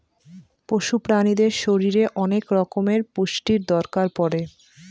পশু প্রাণীদের শরীরে অনেক রকমের পুষ্টির দরকার পড়ে